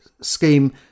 scheme